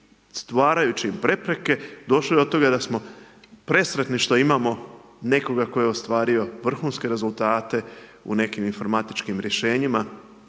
stvarajući prepreke došli do toga da smo presretni što imamo nekoga tko je ostvario vrhunske rezultate u nekim informatičkim rješenjima,